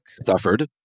suffered